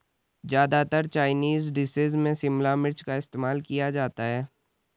ज्यादातर Chinese dishes में शिमला मिर्च का इस्तेमाल किया जाता है